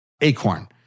Acorn